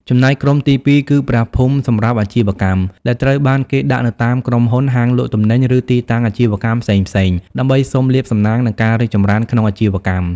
ចំណែកក្រុមទីពីរគឺ ព្រះភូមិសម្រាប់អាជីវកម្ម ដែលត្រូវបានគេដាក់នៅតាមក្រុមហ៊ុន ហាងលក់ទំនិញ ឬទីតាំងអាជីវកម្មផ្សេងៗ ដើម្បីសុំលាភសំណាង និងការរីកចម្រើនក្នុងអាជីវកម្ម។